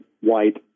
white